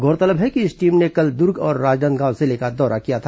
गौरतलब है कि इस टीम ने कल दुर्ग और राजनांदगांव जिले का दौरा किया था